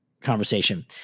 conversation